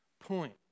point